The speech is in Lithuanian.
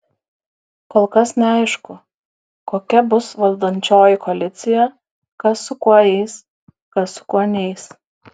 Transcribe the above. kol kas neaišku kokia bus valdančioji koalicija kas su kuo eis kas su kuo neis